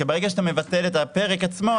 ברגע שאתה מבטל את הפרק עצמו,